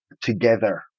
together